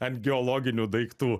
ant geologinių daiktų